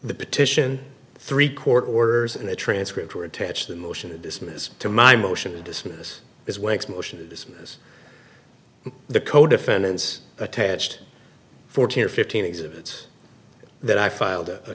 the petition three court orders and a transcript were attached and motion to dismiss to my motion to dismiss is when its motion to dismiss the co defendants attached fourteen or fifteen exhibits that i filed a